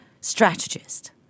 strategist